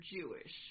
Jewish